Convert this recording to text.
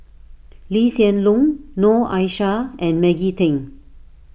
Lee Hsien Loong Noor Aishah and Maggie Teng